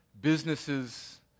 businesses